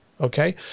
okay